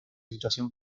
situación